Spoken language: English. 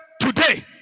today